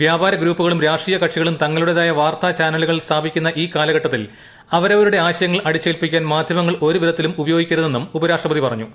വ്യാപാര ഗ്രൂപ്പുകളും രാഷ്ട്രീയ കക്ഷികളും തങ്ങളുടേതായ വാർത്താ ചാനലുകൾ സ്ഥാപിക്കുന്ന ഈ കാലഘട്ടത്തിൽ അവരവരുടെ ആശയങ്ങൾ അടിച്ചേൽപ്പിക്കാൻ ഒരുവിധത്തിലും മാധ്യമങ്ങൾ ഉപയോഗിക്കരുതെന്നും ഉപരാഷ്ട്രപതി പർണ്ഞു